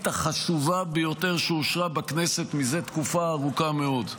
החשובה ביותר שאושרה בכנסת מזה תקופה ארוכה מאוד.